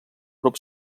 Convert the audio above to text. grup